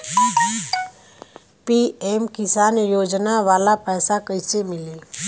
PM किसान योजना वाला पैसा कईसे मिली?